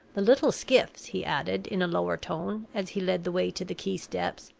the little skiffs, he added, in a lower tone, as he led the way to the quay steps,